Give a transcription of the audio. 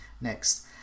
next